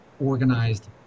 organized